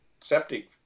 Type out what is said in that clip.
septic